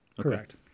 Correct